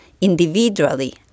individually